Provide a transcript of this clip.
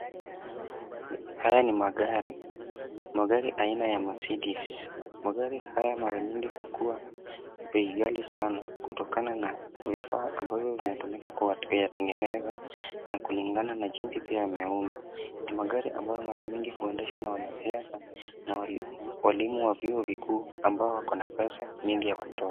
Haya ni magari. Magari aina ya Mercedes. Magari haya mara nyingi hukuwa bei ghali sana kutokana na vifaa ambavyo vimetumika kuyatengeneza na kulingana na jinsi pia yameundwa, ni magari ambayo mara mingi huendeshwa na wanasiasa na walimu wa vyuo vikuu ambao wako na pesa mingi ya kutosha.